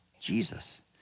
Jesus